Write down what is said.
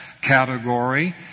category